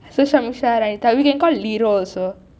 so samyuksha we can call liro also